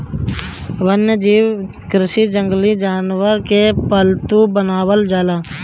वन्यजीव कृषि में जंगली जानवरन के पालतू बनावल जाला